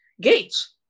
Gates